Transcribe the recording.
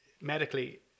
medically